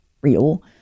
real